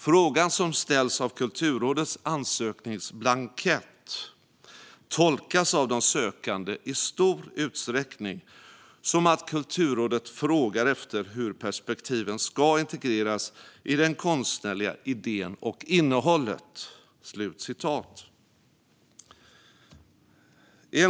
Frågan som ställs i Kulturrådets ansökningsblankett tolkas av de sökande, i stor utsträckning, som att Kulturrådet frågar efter hur perspektiven ska integreras i den konstnärliga idén och innehållet."